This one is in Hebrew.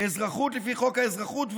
אזרחות לפי חוק האזרחות,